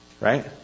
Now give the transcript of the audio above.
Right